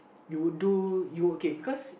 you would do you would okay because